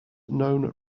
known